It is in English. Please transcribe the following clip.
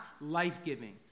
life-giving